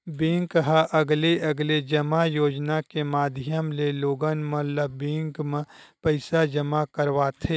bank ह अलगे अलगे जमा योजना के माधियम ले लोगन मन ल बेंक म पइसा जमा करवाथे